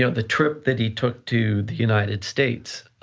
yeah the trip that he took to the united states,